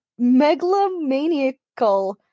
megalomaniacal